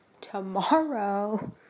tomorrow